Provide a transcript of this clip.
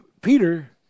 Peter